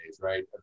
right